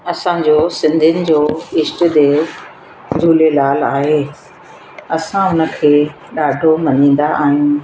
असांजो सिंधियुनि जो ईष्ट देव झूलेलाल आहे असां हुन खे ॾाढो मञींदा आहियूं